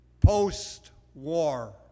post-war